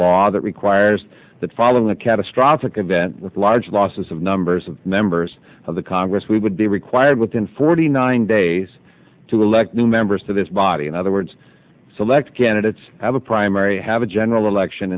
law that requires that following a catastrophic event with large losses of numbers of members of the congress we would be required within forty nine days to elect new members to this body in other words select candidates have a primary have a general election